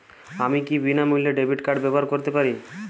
আমি কি বিনামূল্যে ডেবিট কার্ড ব্যাবহার করতে পারি?